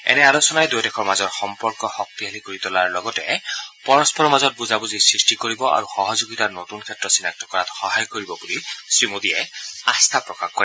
এনে আলোচনাই দুয়ো দেশৰ মাজৰ সম্পৰ্ক শক্তিশালী কৰি তোলাৰ লগতে পৰস্পৰৰ মাজত বুজাবুজিৰ সৃষ্টি কৰিব আৰু সহযোগিতাৰ নতুন ক্ষেত্ৰ চিনাক্ত কৰাত সহায় কৰিব বুলি শ্ৰীমোদীয়ে আস্থা প্ৰকাশ কৰে